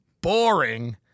boring